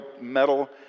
metal